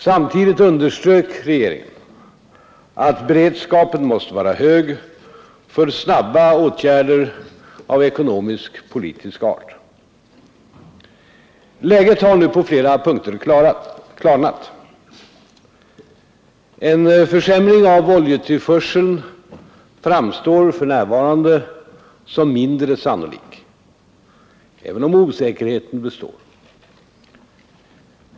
Samtidigt underströk regeringen att beredskapen måste vara hög för snabba åtgärder av ekonomisk-politisk art. Läget har nu på flera punkter klarnat. En försämring av oljetillförseln framstår för närvarande som mindre sannolik, även om osäkerheten består.